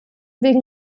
wegen